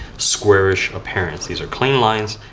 squarish appearance. these are clean lines,